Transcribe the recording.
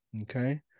okay